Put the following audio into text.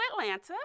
Atlanta